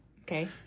okay